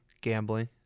Gambling